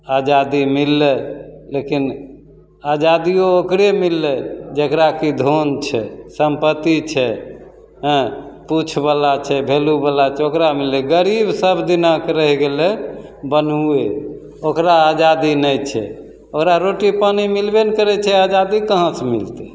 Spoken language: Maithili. आजादी मिललै लेकिन आजादिओ ओकरे मिललै जकरा कि धन छै सम्पति छै हेँ पूछवला छै भैलुवला छै गरीब सबदिनाके रहि गेलै बन्हुए ओकरा आजादी नहि छै ओकरा रोटी पानी मिलबे नहि करै छै आजादी कहाँसे मिलतै